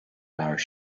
labhair